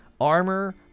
armor